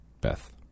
Beth